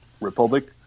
Republic